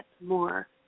more